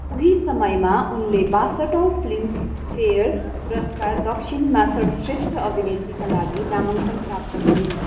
उही समयमा उनले बयसट्ठीऔँ फिल्मफेयर पुरस्कार दक्षिणमा सर्वश्रेष्ठ अभिनेत्रीका लागि नामाङ्कन प्राप्त गरिन्